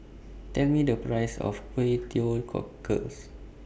Tell Me The Price of Kway Teow Cockles